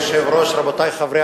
כבוד היושב-ראש, רבותי חברי